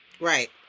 Right